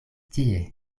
tie